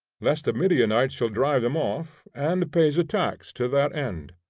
lest the midianites shall drive them off and pays a tax to that end.